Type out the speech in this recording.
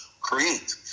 create